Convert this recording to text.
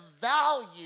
value